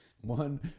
one